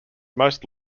most